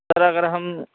سر اگر ہم